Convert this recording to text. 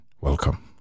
welcome